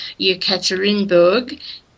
Yekaterinburg